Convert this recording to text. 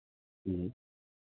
जी